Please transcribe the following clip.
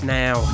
now